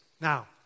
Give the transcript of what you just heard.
Now